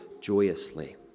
joyously